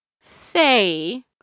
say